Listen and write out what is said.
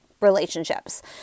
relationships